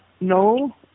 No